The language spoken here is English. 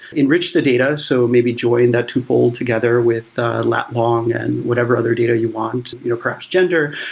enrich the data so maybe join that to hold together with a lat long and whatever other data you want, you know perhaps gender,